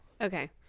okay